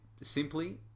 simply